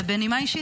ובנימה אישית,